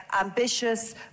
ambitious